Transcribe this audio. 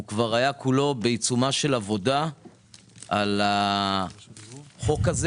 הוא כבר היה כולו בעיצומה של עבודה על החוק הזה